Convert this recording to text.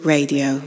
Radio